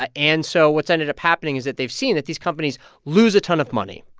ah and so what's ended up happening is that they've seen that these companies lose a ton of money,